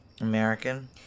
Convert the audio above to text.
American